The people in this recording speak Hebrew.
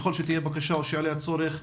ככל שתהיה בקשה או שיעלה הצורך,